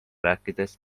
rääkides